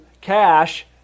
cash